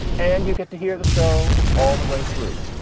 and you get to hear the show all the way through.